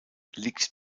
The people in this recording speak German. liegt